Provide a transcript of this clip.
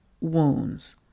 wounds